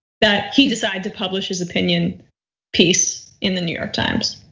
that he decided to publish his opinion piece in the new york times.